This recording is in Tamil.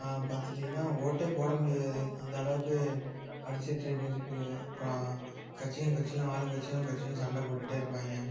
பார்த்திட்டிங்கனா ஓட்டே போட முடியாது அந்த அளவுக்கு அடித்துக்கிட்டு நெருக்குறது அப்பறம் கட்சியும் கட்சியும் ஆளுங்கட்சியும் கட்சியும் சண்டை போட்டுக்கிட்டே இருப்பாங்க